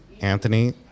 Anthony